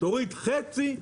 תוריד חצי,